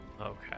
okay